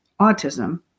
autism